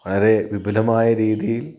വളരെ വിപുലമായ രീതിയിൽ